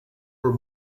were